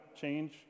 change